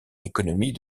l’économie